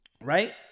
Right